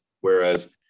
whereas